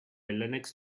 linux